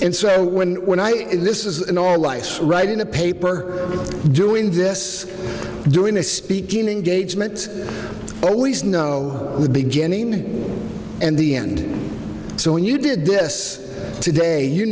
and so when when i this is in our life writing a paper doing this during a speaking engagement always know the beginning and the end so when you did this today you